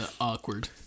awkward